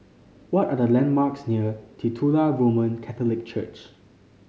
what are the landmarks near Titular Roman Catholic Church